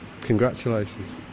Congratulations